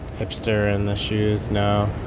hipster in the shoes, no.